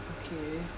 okay